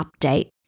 update